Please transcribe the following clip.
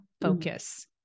focus